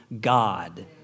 God